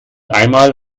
einmal